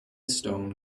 stone